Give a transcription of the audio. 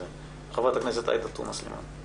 חברת הכנסת עאידה תומא סלימאן.